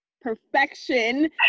perfection